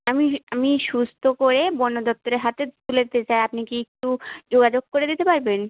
আমি আমি সুস্থ করে বন দপ্তরের হাতে তুলে দিতে চাই আপনি কি একটু যোগাযোগ করে দিতে পারবেন